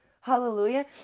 Hallelujah